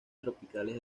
tropicales